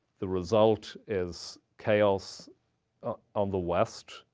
the result is chaos on the west.